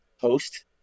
host